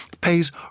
pays